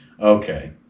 Okay